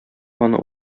аны